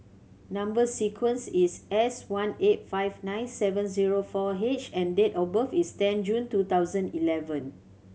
number sequence is S one eight five nine seven zero four H and date of birth is ten June two thousand eleven